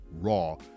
Raw